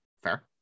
Fair